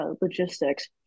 logistics